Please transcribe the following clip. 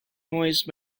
noise